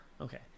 Okay